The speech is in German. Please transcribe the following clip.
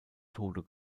tode